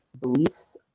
beliefs